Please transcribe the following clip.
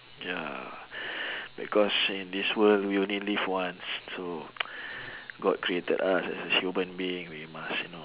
ya because in this world we only live once so god created us as a human being we must you know